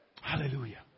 Hallelujah